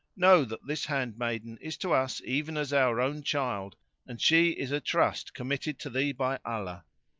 know that this handmaiden is to us even as our own child and she is a trust committed to thee by allah.